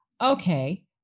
okay